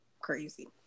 crazy